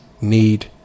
need